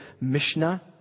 Mishnah